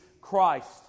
Christ